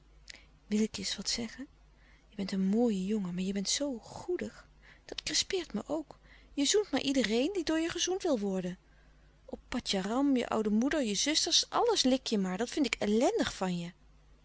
wil ik je eens wat zeggen je bent een mooie jongen maar je bent zoo goedig dat crispeert me ook je zoent maar iedereen die door je gezoend wil worden op patjaram je oude moeder je zusters alles lik je maar dat vind ik ellendig van je